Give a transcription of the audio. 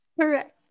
Correct